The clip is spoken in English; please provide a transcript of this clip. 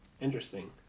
interesting